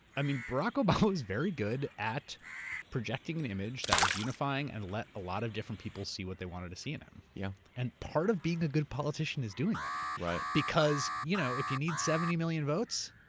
i mean barack obama was very good at projecting an image that was unifying and let a lot of different people see what they wanted to see in him. yeah and part of being a good politician is doing that because you know if you need seventy million votes,